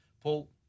Paul